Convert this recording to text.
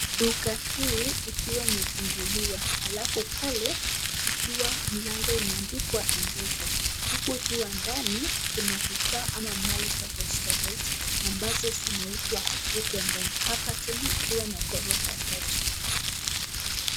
Duka hii, ikiwa imefunguliwa, alafu pale, mlango ikiwa imeandikwa, Mpesa, huku ikiwa ndani, kuna vifaa ama mali tofauti tofauti, ambazo zinauzwa huko ndani, hapa teli ikiwa na ghorofa tatu.